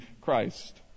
Christ